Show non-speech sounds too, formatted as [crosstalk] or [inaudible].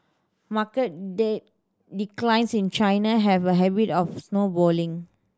market [unintelligible] declines in China have a habit of snowballing